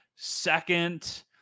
Second